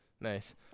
Nice